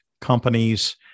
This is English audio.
companies